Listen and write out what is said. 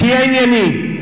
תהיה ענייני.